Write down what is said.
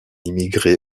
immigré